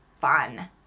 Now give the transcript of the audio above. fun